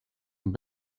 and